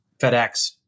FedEx